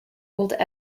old